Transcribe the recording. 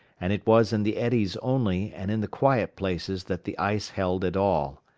and it was in the eddies only and in the quiet places that the ice held at all.